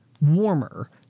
warmer